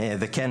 וכן,